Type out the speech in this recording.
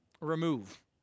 remove